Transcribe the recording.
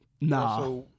Nah